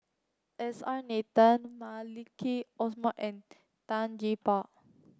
S R Nathan Maliki Osman and Tan Gee Paw